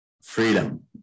Freedom